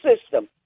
system